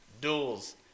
duels